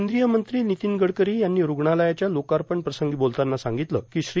कद्रीय मंत्री भितीन गडकरी यांनी रुग्णालयाच्या लोकापण प्रसंगी बोलताना सांगितले कां श्री